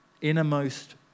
innermost